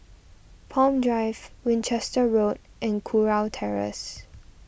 Palm Drive Winchester Road and Kurau Terrace